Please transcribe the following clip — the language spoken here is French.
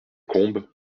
combes